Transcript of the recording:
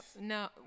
No